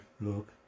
Look